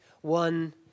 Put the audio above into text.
one